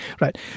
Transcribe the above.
Right